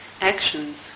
actions